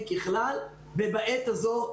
איך תגדירו?